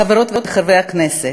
חברות וחברי הכנסת,